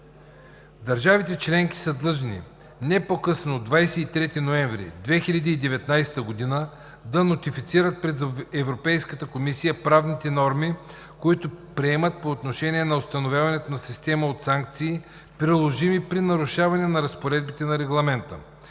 Държавите членки са длъжни не по-късно от 23 ноември 2019 г. да нотифицират пред Европейската комисия правните норми, които приемат по отношение на установяването на система от санкции, приложими при нарушаване на разпоредбите на Регламента.